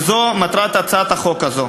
וזו מטרת הצעת החוק הזאת.